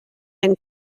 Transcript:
ben